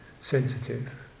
Sensitive